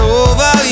over